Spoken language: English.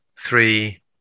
three